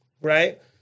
right